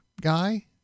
guy